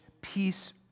peace